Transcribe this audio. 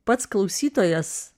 pats klausytojas